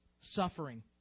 suffering